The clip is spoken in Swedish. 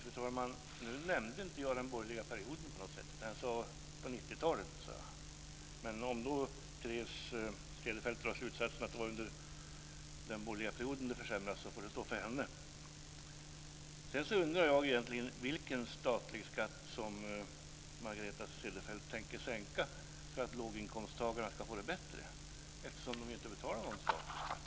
Fru talman! Nu nämnde jag inte den borgerliga perioden på något sätt. Jag talade om 90-talet. Om Margareta Cederfelt drar slutsatsen att det var under den borgerliga perioden som det försämrades får det stå för henne. Sedan undrar jag vilken statlig skatt som Margareta Cederfelt vill sänka för att långinkomsttagarna ska få det bättre, eftersom de inte betalar någon statlig skatt.